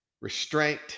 restraint